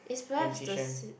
and teach them